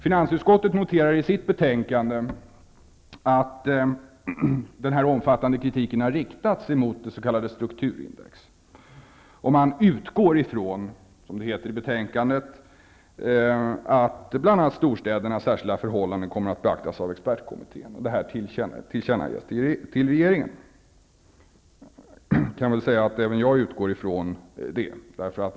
Finansutskottet noterar i sitt betänkande att den omfattande kritiken har riktats mot det s.k. strukturindex och ''utgår'' ifrån att bl.a. storstädernas särskilda förhållanden kommer att beaktas av expertkommittén. Detta tillkännages regeringen. Även jag utgår från det.